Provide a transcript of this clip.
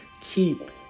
keep